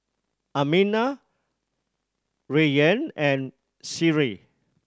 Aminah Rayyan and Seri